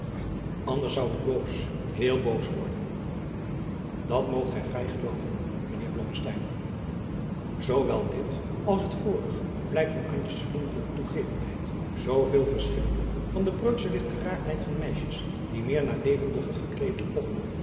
anders zou ik boos heel boos worden dat moogt gij vrij gelooven mijnheer blommesteyn zoo wel dit als het vorig blijk van antjes vriendelijke toegevendheid zoo veel verschillende van de preutsche ligtgeraaktheid van meisjes die meer naar levendige gekleede poppen